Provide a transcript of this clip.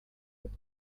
with